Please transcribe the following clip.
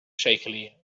shakily